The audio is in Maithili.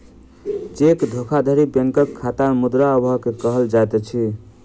चेक धोखाधड़ी बैंकक खाता में मुद्रा अभाव के कहल जाइत अछि